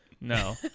No